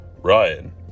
Ryan